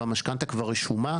זה כבר משכנתא רשומה.